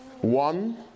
One